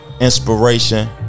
inspiration